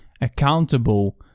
accountable